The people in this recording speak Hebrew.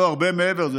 לא הרבה מעבר,